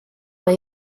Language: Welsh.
mai